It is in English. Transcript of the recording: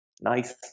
nice